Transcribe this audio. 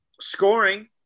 scoring